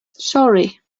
sorry